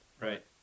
Right